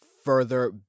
Further